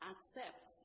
Accept